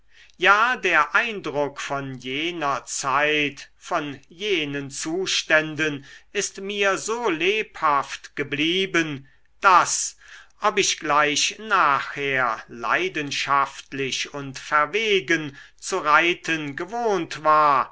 ja der eindruck von jener zeit von jenen zuständen ist mir so lebhaft geblieben daß ob ich gleich nachher leidenschaftlich und verwegen zu reiten gewohnt war